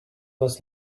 was